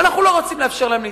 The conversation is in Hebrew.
ואנחנו לא רוצים לאפשר להם להתחתן.